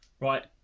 Right